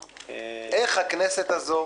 אחרי שכבר הכנסת פוזרה,